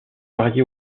varié